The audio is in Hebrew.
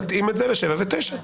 נתאים את זה לשבע ותשע.